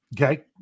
Okay